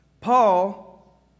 Paul